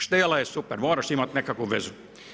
Štela je super, moraš imati nekakvu vezu.